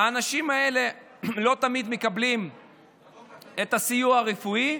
האנשים האלה לא תמיד מקבלים את הסיוע הרפואי.